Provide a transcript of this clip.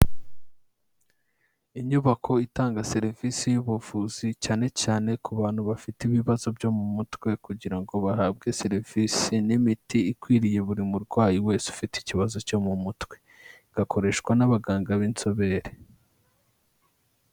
Inyubako itanga serivisi y'ubuvuzi cyane cyane ku bantu bafite ibibazo byo mu mutwe kugira ngo bahabwe serivisi n'imiti ikwiriye buri murwayi wese ufite ikibazo cyo mu mutwe, igakoreshwa n'abaganga b'inzobere.